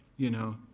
you know?